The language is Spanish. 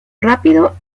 rápido